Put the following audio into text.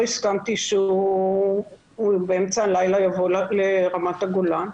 הסכמתי שהוא באמצע הלילה יבוא לרמת הגולן.